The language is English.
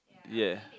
ya